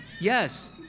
Yes